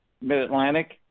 Mid-Atlantic